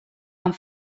amb